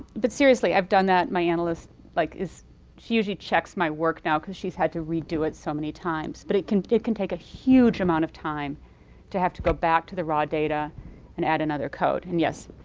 but seriously, i've done that with my analyst like is she usually checks my work now because she's had to redo it so many times. but it can it can take a huge amount of time to have to go back to the raw data and add another code and yes.